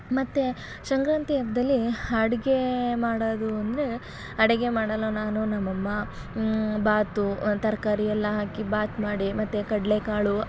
ಮತ್ತು ಸಂಕ್ರಾಂತಿ ಹಬ್ಬದಲ್ಲಿ ಅಡುಗೆ ಮಾಡೋದು ಅಂದರೆ ಅಡುಗೆ ಮಾಡಲು ನಾನು ನಮ್ಮಮ್ಮ ಬಾತು ಒಂದು ತರಕಾರಿ ಎಲ್ಲ ಹಾಕಿ ಬಾತ್ ಮಾಡಿ ಮತ್ತು ಕಡಲೇಕಾಳು